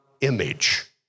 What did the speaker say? image